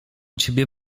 ciebie